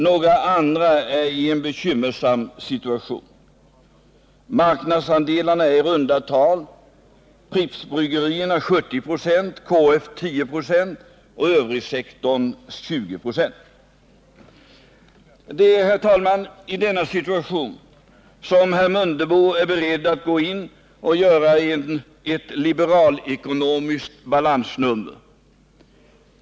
Några andra är i en bekymmersam situation. Marknadsandelarna är i runda tal: Prippsbryggerierna 70 96, KF 10 96 och övrigsektorn 20 96. Det är, herr talman, i denna situation som herr Mundebo är beredd att gå in och göra ett liberalekonomiskt balansnummer.